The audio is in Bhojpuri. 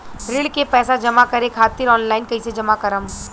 ऋण के पैसा जमा करें खातिर ऑनलाइन कइसे जमा करम?